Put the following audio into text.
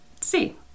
See